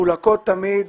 מחולקות תמיד